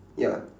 ya